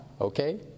okay